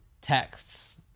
texts